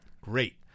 Great